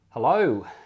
Hello